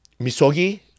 misogi